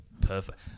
Perfect